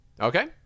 Okay